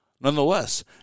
nonetheless